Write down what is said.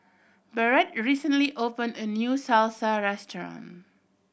Barrett recently opened a new Salsa Restaurant